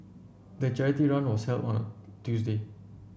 the charity run was held on a Tuesday